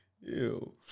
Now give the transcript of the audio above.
Ew